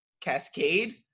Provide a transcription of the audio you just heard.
cascade